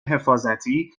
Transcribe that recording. حفاظتی